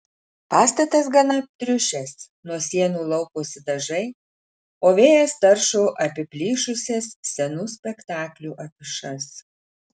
pastatas gana aptriušęs nuo sienų lauposi dažai o vėjas taršo apiplyšusias senų spektaklių afišas